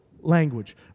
language